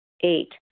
Eight